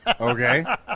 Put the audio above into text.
Okay